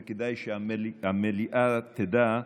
וכדאי שהמליאה תדע.